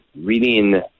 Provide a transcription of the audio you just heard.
reading